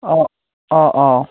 অঁ অঁ অঁ